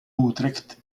utrecht